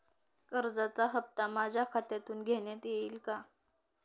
कर्जाचा हप्ता माझ्या खात्यातून घेण्यात येईल का?